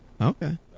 Okay